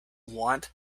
want